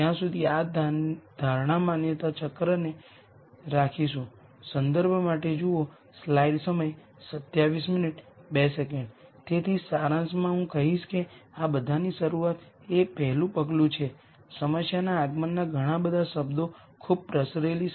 તેથી આ એક મેટ્રિક્સમારી પાસે અહીં A ટાઈમ્સ v₁ છે અને તમે તદ્દન સરળતાથી જોઈ શકો છો કે જ્યારે તમે આ ગણતરી કરો તમે મળશે 0 0 0 જે મૂળભૂત રીતે બતાવે છે કે આ શૂન્ય આઇગન વૅલ્યુઝને અનુરૂપ આઇગન વેક્ટર છે